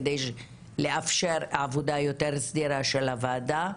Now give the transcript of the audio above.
כדי לאפשר עבודה יותר סדירה של הוועדה,